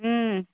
ಹ್ಞೂ